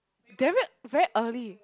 damn it very early